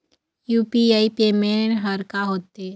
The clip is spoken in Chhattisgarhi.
यू.पी.आई पेमेंट हर का होते?